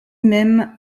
même